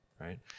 right